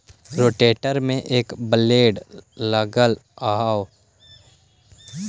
rotator में एक blade लगल होवऽ हई जे मट्टी के काटके भुरभुरा कर देवऽ हई